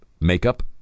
makeup